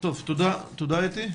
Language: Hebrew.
תודה אתי.